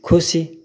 खुसी